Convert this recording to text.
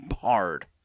hard